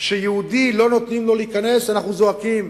שליהודי לא נותנים להיכנס, אנחנו זועקים.